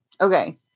okay